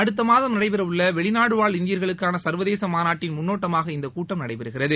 அடுத்த மாதம் நடைபெறவுள்ள வெளிநாட்டு வாழ் இந்தியர்களுக்கான சன்வதேச மாநாட்டின் முன்னோட்டமாக இந்த கூட்டம் நடைபெறுகிறது